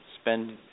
spend